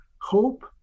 hope